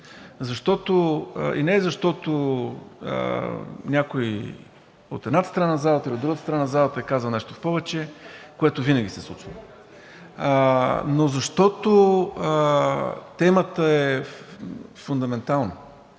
и не защото някой от едната страна на залата или от другата страна на залата е казал нещо повече, което винаги се случва, но защото темата е фундаментална.